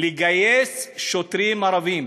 לגייס שוטרים ערבים.